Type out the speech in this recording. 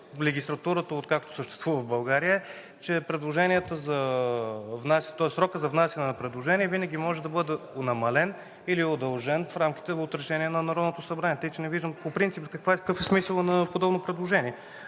откакто съществува в България, че срокът за внасяне на предложения винаги може да бъде намален или удължен в рамките от решение на Народното събрание. Така че не виждам по принцип какъв е смисълът на подобно предложение,